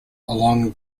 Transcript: along